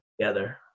together